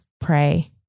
pray